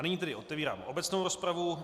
Nyní tedy otevírám obecnou rozpravu.